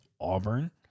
Auburn